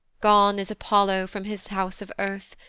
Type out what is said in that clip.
gone is apollo from his house of earth,